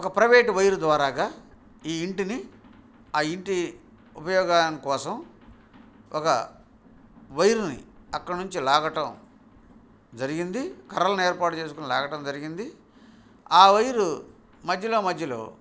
ఒక private wire ద్వారాగా ఈ ఇంటిని ఆ ఇంటి ఉపయోగానికి కోసం ఒక వైర్ని అక్కడ నుంచి లాగటం జరిగింది కర్రల్ని ఏర్పాటు చేసుకుని లాగటం జరిగింది ఆ వైర్ మధ్యలో మధ్యలో